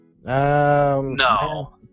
No